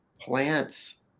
plants